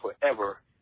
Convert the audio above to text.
forever